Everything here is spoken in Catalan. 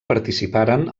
participaren